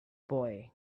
boy